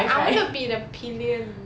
I want to be the pillion